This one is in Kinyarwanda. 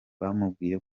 yamubwiye